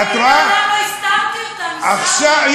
אבל אני מעולם לא הסתרתי אותן, עיסאווי.